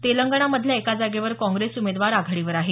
तेलंगणामधल्या एका जागेवर काँग्रेस उमेदवार आघाडीवर आहे